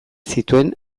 zituen